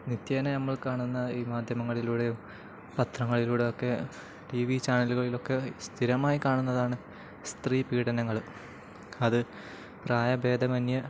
നിത്യേന നമ്മൾ കാണുന്ന ഈ മാധ്യമങ്ങളിലൂടെയും പത്രങ്ങളിലൂടെയൊക്കെ ടി വി ചാനലുകളിലൊക്കെ സ്ഥിരമായി കാണുന്നതാണ് സ്ത്രീ പീഡനങ്ങള് അതു പ്രായഭേദമന്യേ